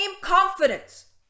confidence